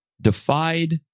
defied